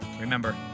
Remember